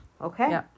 Okay